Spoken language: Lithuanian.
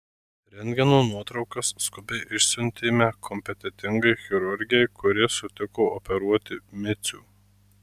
rentgeno nuotraukas skubiai išsiuntėme kompetentingai chirurgei kuri sutiko operuoti micių